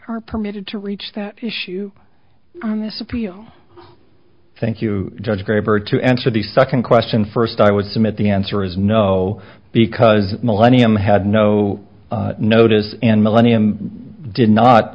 are permitted to reach that issue on this appeal thank you judge graber to answer the second question first i would submit the answer is no because the millennium had no notice and millennium did not